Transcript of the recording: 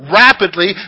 rapidly